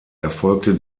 erfolgte